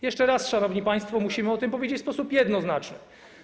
Jeszcze raz, szanowni państwo, musimy o tym powiedzieć w sposób jednoznaczny.